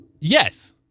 yes